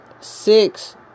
six